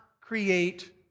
create